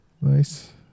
Nice